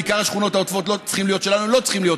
בעיקר השכונות העוטפות צריכות להיות שלנו,